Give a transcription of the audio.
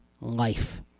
life